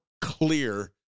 clear